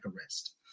arrest